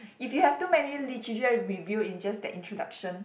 if you have too many literature review in just that introduction